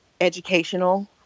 educational